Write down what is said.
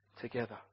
together